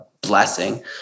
blessing